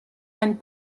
and